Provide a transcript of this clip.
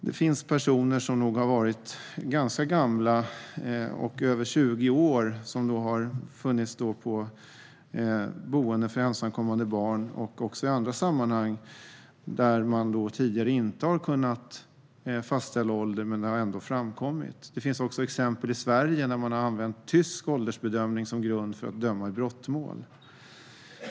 Det finns personer som nog har varit ganska gamla, över 20 år, och som har funnits på boenden för ensamkommande barn och också i andra sammanhang där man tidigare inte har kunnat fastställa ålder. Men det har ändå framkommit. Det finns också exempel i Sverige där man har använt tysk åldersbedömning som grund för att döma i brottmål.